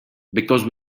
because